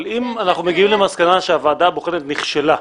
אבל אם אנחנו מגיעים למסקנה שהוועדה הבוחנת נכשלה,